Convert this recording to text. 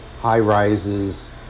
high-rises